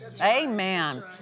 Amen